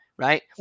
Right